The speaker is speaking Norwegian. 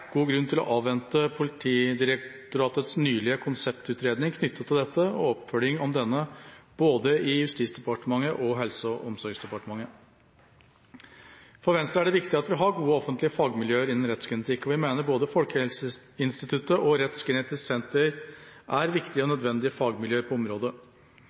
god grunn til å avvente Politidirektoratets nylige konseptutredning knyttet til dette og oppfølging av denne både i Justisdepartementet og Helse- og omsorgsdepartementet. For Venstre er det viktig at vi har gode offentlige fagmiljøer innen rettsgenetikk, og vi mener både Folkehelseinstituttet og Rettsgenetisk senter er viktige og nødvendige fagmiljøer på området.